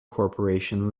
corporation